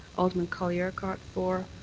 um and colley-urquhart for.